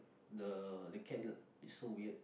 the the cat is so weird